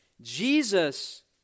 Jesus